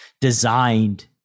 designed